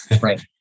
Right